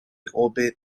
orbit